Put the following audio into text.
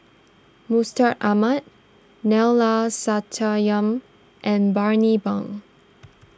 Mustaq Ahmad Neila Sathya and Bani Buang